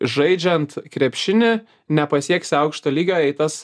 žaidžiant krepšinį nepasieksi aukšto lygio jei tas